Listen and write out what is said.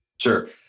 Sure